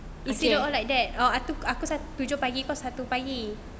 you see all like that